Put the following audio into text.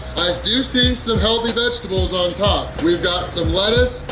do see some healthy vegetables on top! we've got some lettuce,